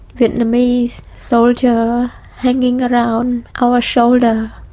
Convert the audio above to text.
vietnamese soldier hanging around our shoulder.